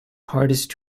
hardest